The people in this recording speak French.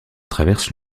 traverse